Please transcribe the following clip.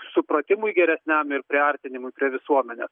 supratimui geresniam ir priartinimui prie visuomenės